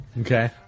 Okay